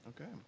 Okay